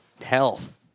health